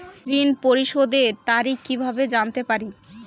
ঋণ পরিশোধের তারিখ কিভাবে জানতে পারি?